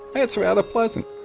it's rather pleasant!